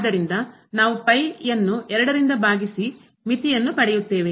ಆದ್ದರಿಂದ ನಾವು ಪೈ ಯನ್ನು ರಿಂದ ಭಾಗಿಸಿ ಮಿತಿಯನ್ನು ಪಡೆಯುತ್ತೇವೆ